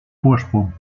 voorsprong